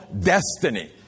destiny